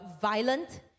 violent